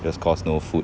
just cause no food